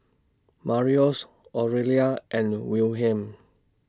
Marius Aurelia and Wilhelm